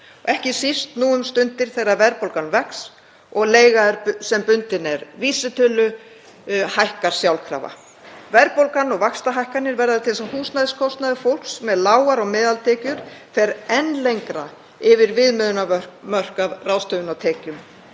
ekki síst nú um stundir þegar verðbólgan vex og leiga sem bundin er vísitölu hækkar sjálfkrafa. Verðbólgan og vaxtahækkanir verða til þess að húsnæðiskostnaður fólks með lágar og meðaltekjur fer enn lengra yfir viðmiðunarmörk af ráðstöfunartekjum.